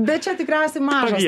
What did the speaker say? bet čia tikriausiai mažas